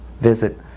visit